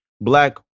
black